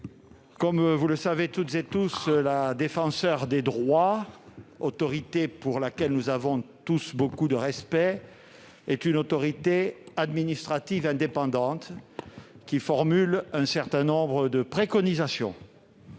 comme vous le savez toutes et tous, la Défenseure des droits, autorité pour laquelle nous avons beaucoup de respect, est une autorité administrative indépendante (AAI) qui formule un certain nombre de préconisations.